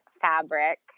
fabric